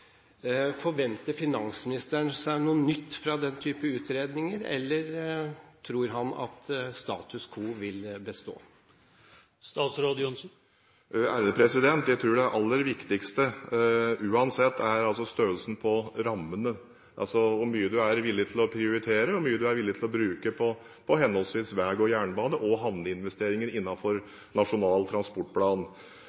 Forventer finansministeren seg noe nytt fra denne type utredninger, eller tror han at status quo vil bestå? Jeg tror det aller viktigste – uansett – er størrelsen på rammene, altså hvor mye man er villig til å prioritere, og hvor mye man er villig til å bruke på henholdsvis veg-, jernbane- og